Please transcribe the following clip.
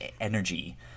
energy